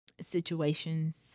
Situations